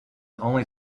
only